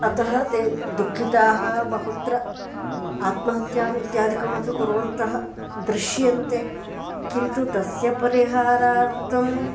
अतः ते दुःखिताः बहुत्र आत्महत्याम् इत्यादिकमपि कुर्वन्तः दृश्यन्ते किन्तु तस्य परिहारार्थम्